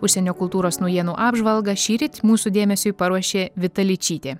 užsienio kultūros naujienų apžvalgą šįryt mūsų dėmesiui paruošė vita ličytė